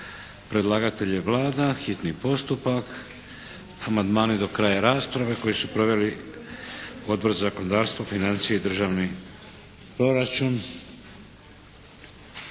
Predlagatelj je Vlada. Hitni postupak. Amandmane do kraja rasprave koje su proveli Odbor za zakonodavstvo, financije i državni proračun.